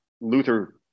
Luther